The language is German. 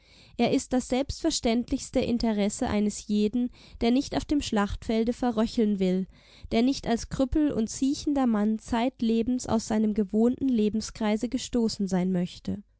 er ist das selbstverständlichste interesse eines jeden der nicht auf dem schlachtfelde verröcheln will der nicht als krüppel und siecher mann zeitlebens aus seinem gewohnten lebenskreise gestoßen sein möchte